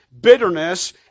bitterness